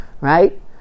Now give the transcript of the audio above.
right